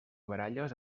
baralles